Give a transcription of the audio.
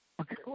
Okay